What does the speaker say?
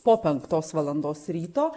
po penktos valandos ryto